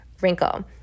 wrinkle